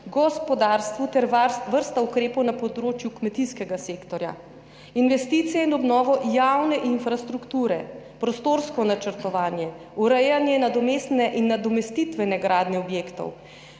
gospodarstvu ter vrsta ukrepov na področju kmetijskega sektorja, investicije in obnova javne infrastrukture, prostorsko načrtovanje, urejanje nadomestne in nadomestitvene gradnje objektov,